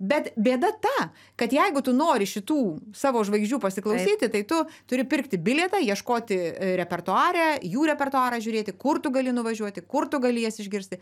bet bėda ta kad jeigu tu nori šitų savo žvaigždžių pasiklausyti tai tu turi pirkti bilietą ieškoti repertuare jų repertuarą žiūrėti kur tu gali nuvažiuoti kur tu gali jas išgirsti